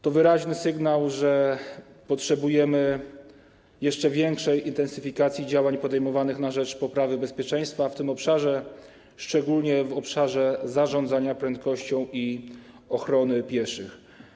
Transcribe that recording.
To wyraźny sygnał, że potrzebujemy jeszcze większej intensyfikacji działań podejmowanych na rzecz poprawy bezpieczeństwa w tym zakresie, szczególnie w obszarach zarządzania prędkością i ochrony pieszych.